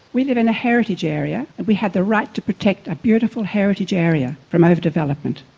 we live in a heritage area and we have the right to protect a beautiful heritage area from over development.